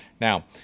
Now